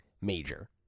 major